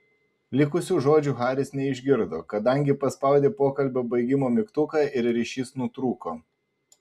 likusių žodžių haris neišgirdo kadangi paspaudė pokalbio baigimo mygtuką ir ryšys nutrūko